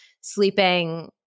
sleeping